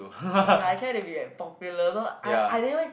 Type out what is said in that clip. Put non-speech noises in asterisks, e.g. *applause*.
*noise* like I try to be like popular you know I I never